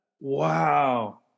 Wow